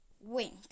Wink